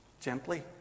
gently